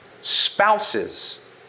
Spouses